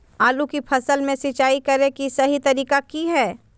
आलू की फसल में सिंचाई करें कि सही तरीका की हय?